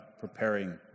preparing